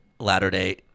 Latter-day